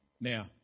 now